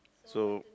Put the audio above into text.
so